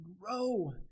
grow